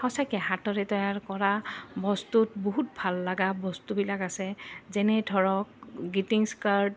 সঁচাকে হাতৰে তৈয়াৰ কৰা বস্তুত বহুত ভাল লগা বস্তুবিলাক আছে যেনে ধৰক গিটিংছ কাৰ্ড